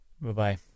Bye-bye